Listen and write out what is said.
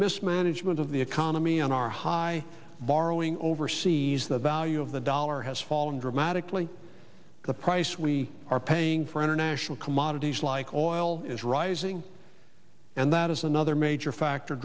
mismanagement of the economy and our high borrowing overseas the value of the dollar has fallen dramatically the price we are paying for international commodities like oil is rising and that is another major factor